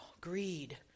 greed